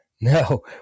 no